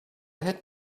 had